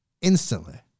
instantly